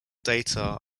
data